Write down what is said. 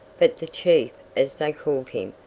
but the chief, as they called him,